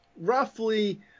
roughly